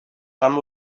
some